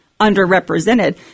underrepresented